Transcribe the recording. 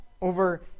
over